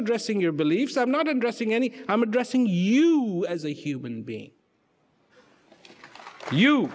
addressing your beliefs i'm not addressing any i'm addressing you as a human being you